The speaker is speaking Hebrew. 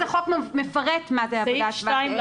אז החוק מפרט מה זאת עבודה שוות ערך.